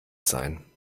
sein